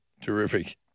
Terrific